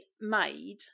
made